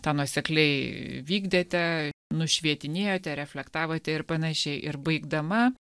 tą nuosekliai vykdėte nušvietinėjote reflektavote ir panašiai ir baigdama